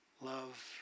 love